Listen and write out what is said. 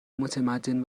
متمدن